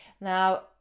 Now